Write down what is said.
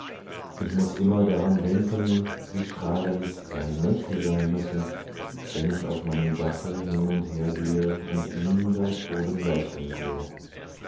ich muß immer daran denken wie strahlend seine nächte sein müssen wenn ich auf meinem dache hin und her gehe und ihn dort oben leuchten sehe